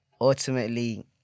ultimately